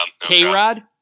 K-Rod